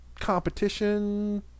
competition